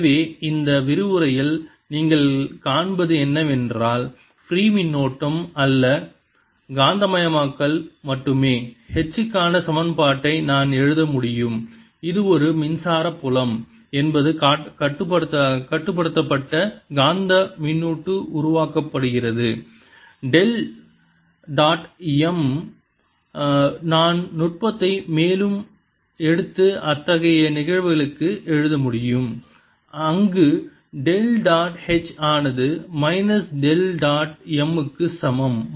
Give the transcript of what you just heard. எனவே இந்த விரிவுரையில் நீங்கள் காண்பது என்னவென்றால் ஃப்ரீ மின்னோட்டம் அல்ல காந்தமயமாக்கல் மட்டுமே H க்கான சமன்பாட்டை நான் எழுத முடியும் இது ஒரு மின்சார புலம் என்பது கட்டுப்படுத்தப்பட்ட காந்தக் மின்னூட்டு உருவாக்கப்படுகிறது டெல் டாட் M நான் நுட்பத்தை மேலும் எடுத்து அத்தகைய நிகழ்வுகளுக்கு எழுத முடியும் அங்கு டெல் டாட் H ஆனது மைனஸ் டெல் டாட் M க்கு சமம்